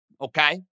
okay